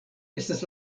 estas